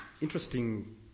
interesting